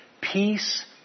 peace